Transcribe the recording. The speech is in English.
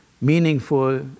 meaningful